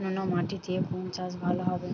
নোনা মাটিতে কোন চাষ ভালো হবে?